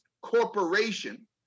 Corporation